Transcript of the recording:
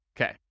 Okay